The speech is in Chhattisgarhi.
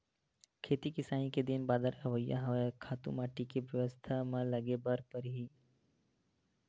खेती किसानी के दिन बादर अवइया हवय, खातू माटी के बेवस्था म लगे बर परही